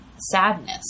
sadness